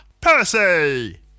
Percy